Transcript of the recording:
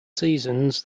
seasons